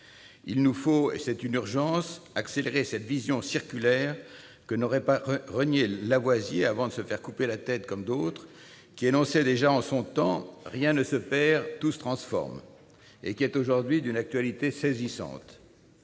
Il nous faut, et c'est une urgence, accélérer cette vision circulaire que n'aurait pas reniée en son temps Lavoisier- avant de se faire couper la tête, comme d'autres ...-, quand il énonçait :« Rien ne se perd, tout se transforme ». C'est aujourd'hui d'une actualité saisissante.